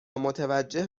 متوجه